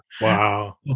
wow